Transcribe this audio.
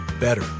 better